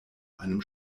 einem